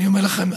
אני אומר לכם,